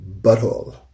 butthole